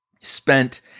spent